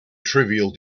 trivial